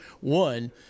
One